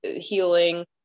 Healing